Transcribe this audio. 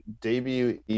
debut